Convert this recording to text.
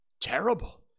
Terrible